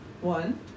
one